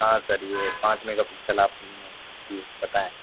हाँ सर ये पाँच मेगापिक्सल आप जी हाँ बताएं